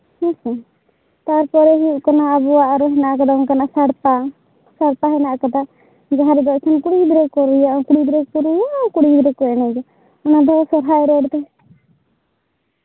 ᱦᱮᱸᱥᱮ ᱛᱟᱨᱯᱚᱨᱮ ᱦᱩᱭᱩᱜ ᱠᱟᱱᱟ ᱟᱵᱚᱣᱟ ᱨᱩ ᱦᱮᱱᱟᱜ ᱠᱟᱫᱟ ᱟᱵᱚᱣᱟᱜ ᱥᱟᱲᱯᱟ ᱥᱟᱲᱯᱟ ᱦᱮᱱᱟᱜ ᱠᱟᱫᱟ ᱡᱟᱸᱦᱟᱨᱮᱫᱚ ᱮᱠᱮᱱ ᱠᱩᱲᱤ ᱜᱤᱫᱽᱨᱟᱹ ᱜᱮᱠᱚ ᱨᱩᱭᱟ ᱠᱩᱲᱤ ᱜᱤᱫᱽᱨᱟᱹ ᱜᱮᱠᱚ ᱨᱩᱭᱟ ᱠᱩᱲᱤ ᱜᱤᱫᱽᱨᱟᱹ ᱜᱮᱠᱚ ᱮᱱᱮᱡᱟ ᱚᱱᱟ ᱫᱚ ᱥᱚᱨᱦᱟᱭᱨᱮ